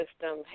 system